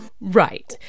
Right